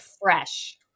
fresh